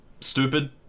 stupid